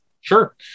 Sure